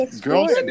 girls